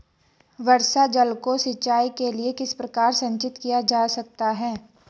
वर्षा जल को सिंचाई के लिए किस प्रकार संचित किया जा सकता है?